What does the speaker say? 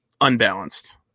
unbalanced